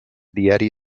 diari